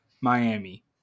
Miami